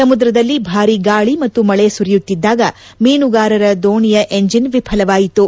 ಸಮುದ್ರದಲ್ಲಿ ಭಾರಿ ಗಾಳಿ ಮತ್ತು ಮಳೆ ಸುರಿಯುತ್ತಿದ್ಲಾಗ ಮೀನುಗಾರರ ದೋಣಿಯ ಎಂಜೆನ್ ವಿಫಲವಾಯಿತು